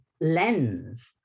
lens